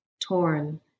torn